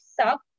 suck